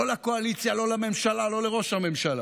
לא לקואליציה, לא לממשלה, לא לראש הממשלה.